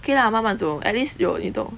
okay lah 慢慢走 at least 有运动